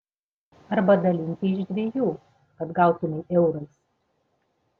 arba dalinti iš dviejų kad gautumei eurais